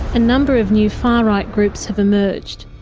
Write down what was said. a number of new far-right groups have emerged,